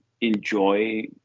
enjoy